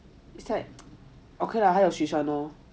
it's like okay lah 还有 siu san lor